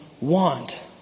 want